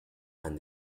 and